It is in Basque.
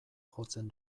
jotzen